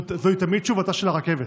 הוא תמיד תשובתה של הרכבת.